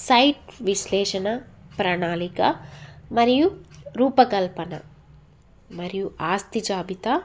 site విశ్లేషణ ప్రణాళిక మరియు రూపకల్పన మరియు ఆస్తి జాబితా